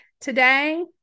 today